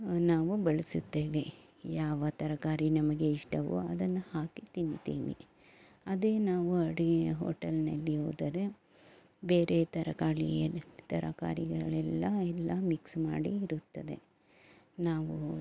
ನಾವು ಬಳಸುತ್ತೇವೆ ಯಾವ ತರಕಾರಿ ನಮಗೆ ಇಷ್ಟವೋ ಅದನ್ನು ಹಾಕಿ ತಿಂತೇವೆ ಅದೇ ನಾವು ಅಡುಗೆ ಹೋಟೆಲ್ನಲ್ಲಿ ಹೋದರೆ ಬೇರೆ ತರಕಾರಿ ತರಕಾರಿಗಳೆಲ್ಲ ಎಲ್ಲ ಮಿಕ್ಸ್ ಮಾಡಿ ಇರುತ್ತದೆ ನಾವು